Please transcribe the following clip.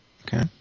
Okay